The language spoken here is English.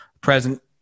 Present